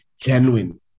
genuine